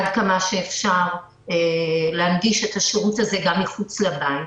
עד כמה שאפשר, להנגיש את השירות הזה גם מחוץ לבית.